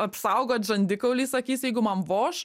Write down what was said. apsaugot žandikaulį sakys jeigu man voš